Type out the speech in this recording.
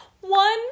one